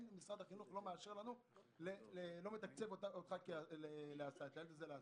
משרד החינוך לא מתקצב את הילד הזה להסעה.